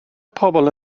pobl